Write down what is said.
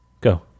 Go